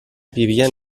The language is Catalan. vivien